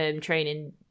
training